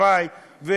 חברי,